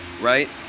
Right